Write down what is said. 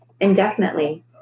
Indefinitely